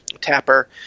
Tapper